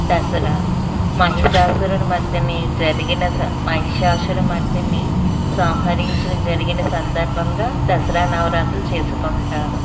దసరా మహిషాసురమర్దిని జరిగిన స మహిషాసురమర్దిని సంహరించడం జరిగిన సందర్భంగా దసరా నవరాత్రులు చేసుకుంటారు